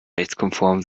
rechtskonform